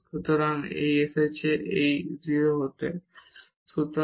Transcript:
সুতরাং এটিকে 0 হতে হবে